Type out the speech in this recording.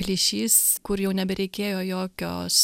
plyšys kur jau nebereikėjo jokios